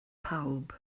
pawb